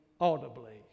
audibly